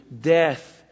death